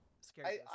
Scary